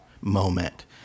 moment